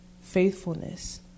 faithfulness